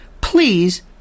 Please